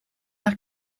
nach